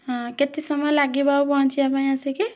ହଁ କେତେ ସମୟ ଲାଗିବ ଆଉ ପହଞ୍ଚିବାପାଇଁ ଆସିକି